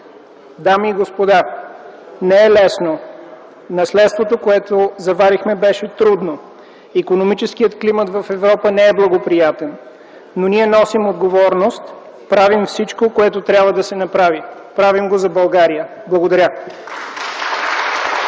Дами и господа, не е лесно. Наследството, което заварихме, беше трудно. Икономическият климат в Европа не е благоприятен, но ние носим отговорност, правим всичко, което трябва да се направи. Правим го за България! Благодаря.